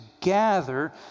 gather